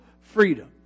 freedom